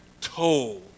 told